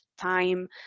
time